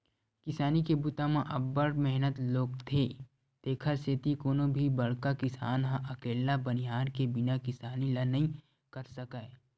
किसानी के बूता म अब्ब्ड़ मेहनत लोगथे तेकरे सेती कोनो भी बड़का किसान ह अकेल्ला बनिहार के बिना किसानी ल नइ कर सकय